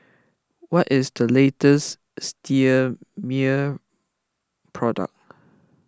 what is the latest Sterimar product